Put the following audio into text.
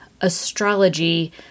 astrology